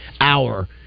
hour